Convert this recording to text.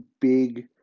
big